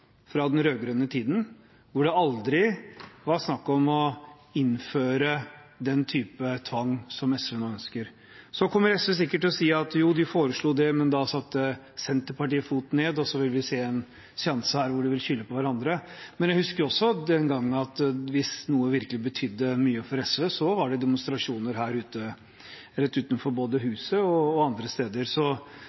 fra den rød-grønne tiden, da det aldri var snakk om å innføre den typen tvang som SV nå ønsker. SV kommer sikkert til å si at de foreslo det, men at Senterpartiet satte foten ned, og så får vi se en seanse her hvor de kommer til å skylde på hverandre. Men jeg husker jo også den gangen at hvis noe virkelig betydde mye for SV, var det demonstrasjoner både rett utenfor Stortinget og andre steder. Så